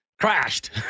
crashed